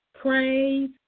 praise